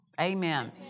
Amen